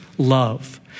love